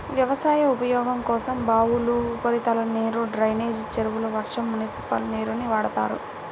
వ్యవసాయ ఉపయోగం కోసం బావులు, ఉపరితల నీరు, డ్రైనేజీ చెరువులు, వర్షం, మునిసిపల్ నీరుని వాడతారు